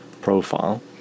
profile